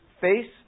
face